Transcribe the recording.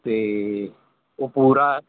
ਅਤੇ ਉਹ ਪੂਰਾ